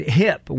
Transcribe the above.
hip